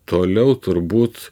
toliau turbūt